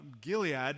Gilead